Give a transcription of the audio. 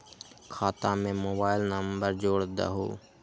खाता में mobile number जोड़ दहु?